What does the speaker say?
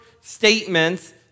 statements